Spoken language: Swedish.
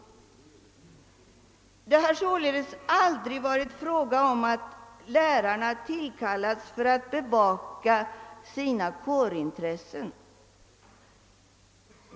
Det har således aldrig varit fråga om att lärarna tillkallats för att värna sina kårintressen.